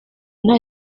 nta